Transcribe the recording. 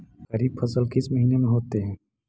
खरिफ फसल किस महीने में होते हैं?